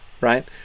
right